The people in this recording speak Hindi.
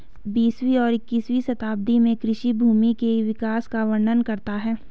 बीसवीं और इक्कीसवीं शताब्दी में कृषि भूमि के विकास का वर्णन करता है